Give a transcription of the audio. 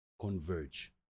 converge